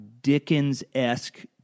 Dickens-esque